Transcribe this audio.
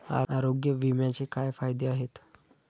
आरोग्य विम्याचे काय फायदे आहेत?